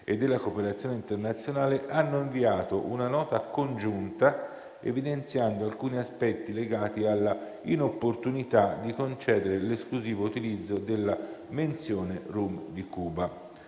e della cooperazione internazionale hanno inviato una nota congiunta evidenziando alcuni aspetti legati alla inopportunità di concedere l'esclusivo utilizzo della menzione "Rum di Cuba".